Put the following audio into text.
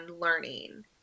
learning